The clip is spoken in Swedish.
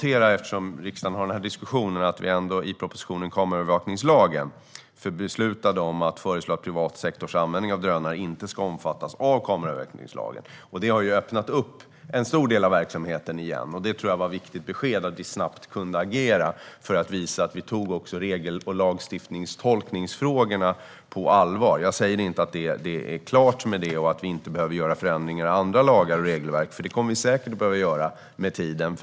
Eftersom riksdagen för den diskussionen vill jag påminna om att vi i propositionen om kameraövervakningslagen föreslog att privat sektors användning av drönare inte ska omfattas av kameraövervakningslagen. Det har öppnat upp en stor del av verksamheten igen. Jag tror att det var viktigt att vi kunde agera snabbt och visa att vi tog regel och lagstiftningstolkningsfrågorna på allvar. Jag säger inte att det är klart i och med det och att vi inte behöver göra förändringar i andra lagar och regelverk. Det kommer vi säkert att behöva göra med tiden.